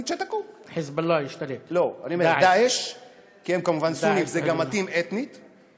בעיקר, הם כמובן רוצים להתייפייף בפני העולם.